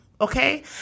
Okay